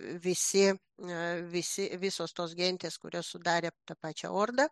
visi e visi visos tos gentys kurias sudarė ta pačia ordą